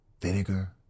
Vinegar